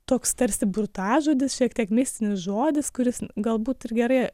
toks tarsi burtažodis šiek tiek mistinis žodis kuris galbūt ir gerai